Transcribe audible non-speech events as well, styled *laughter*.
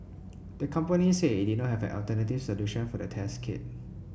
the company said it *unintelligible* not have alternative solution for the test kit